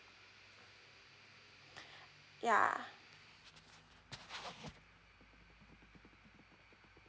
ya